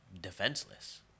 defenseless